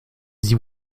sie